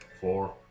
Four